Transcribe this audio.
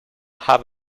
have